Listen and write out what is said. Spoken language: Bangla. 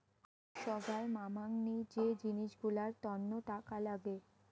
সোগায় মামাংনী যে জিনিস গুলার তন্ন টাকা লাগে